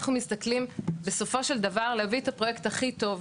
אנחנו מסתכלים בסופו של דבר להביא את הפרויקט הכי טוב,